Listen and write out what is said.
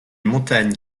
montagnes